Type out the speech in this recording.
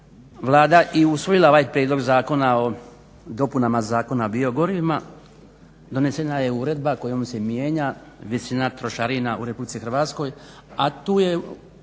Vlada i usvojila ovaj Prijedlog zakona o dopunama Zakona o biogorivima donesena je uredba kojom se mijenja visina trošarina u Republici Hrvatskoj, a tu je